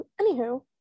Anywho